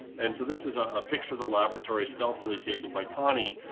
and so this is a picture of the laboratory stealthily taken by connie.